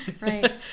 right